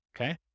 Okay